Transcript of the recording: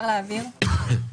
אגב,